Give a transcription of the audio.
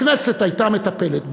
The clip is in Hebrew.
הכנסת הייתה מטפלת בזה.